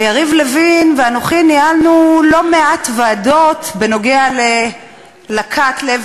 ויריב לוין ואנוכי ניהלנו לא מעט ישיבות בנוגע לכת "לב